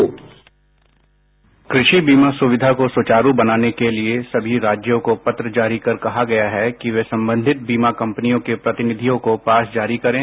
bite कृषि बीमा सुविधा को सुचारू बनाने के लिए सभी राज्यों को पत्र जारी कर कहा गया है कि वह संबंधित बीमा कंपनियों के प्रतिनिधियों को पास जारी करें